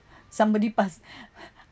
somebody past